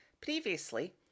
Previously